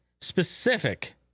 specific